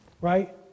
Right